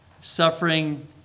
suffering